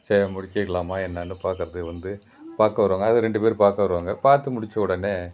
செய்ய முடிக்கலாமா என்னென்னு பார்க்குறதுக்கு வந்து பார்க்க வருவாங்க அது ரெண்டு பேர் பார்க்க வருவாங்க பார்த்து முடித்த உடனே